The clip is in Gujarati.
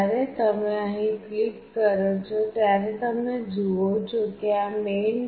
જ્યારે તમે અહીં ક્લિક કરો છો ત્યારે તમે જુઓ છો કે આ main